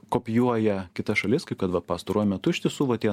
kopijuoja kitas šalis kaip kad va pastaruoju metu iš tiesų va tie